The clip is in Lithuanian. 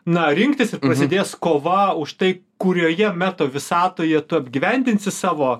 na rinktis ir prasidės kova už tai kurioje meta visatoje tu apgyvendinsi savo